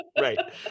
Right